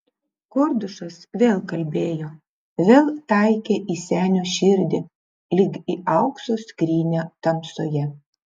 kordušas vėl kalbėjo vėl taikė į senio širdį lyg į aukso skrynią tamsoje